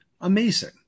Amazing